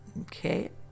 okay